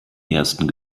ersten